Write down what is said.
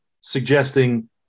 suggesting –